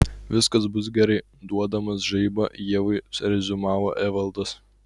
viskas bus gerai duodamas žaibą ievai reziumavo evaldas